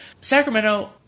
Sacramento